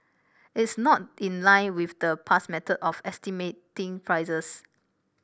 it's not in line with the past method of estimating prices